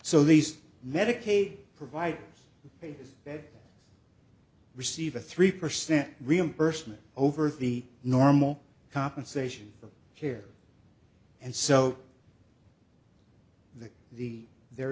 so these medicaid provide they receive a three percent reimbursement over the normal compensation of care and so that the there